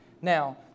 Now